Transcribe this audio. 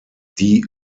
die